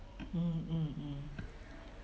mm mmhmm